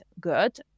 good